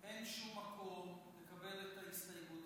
אין שום מקום לקבל את ההסתייגות